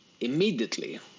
immediately